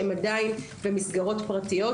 הם עדיין במסגרות פרטיות.